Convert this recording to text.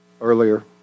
earlier